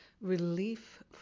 relief